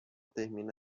termina